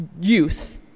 youth